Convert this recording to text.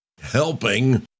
helping